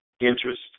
interest